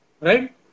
right